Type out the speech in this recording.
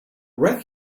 wreck